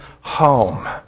home